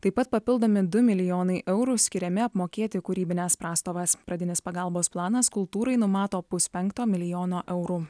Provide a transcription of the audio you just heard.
taip pat papildomi du milijonai eurų skiriami apmokėti kūrybines prastovas pradinis pagalbos planas kultūrai numato puspenkto milijono eurų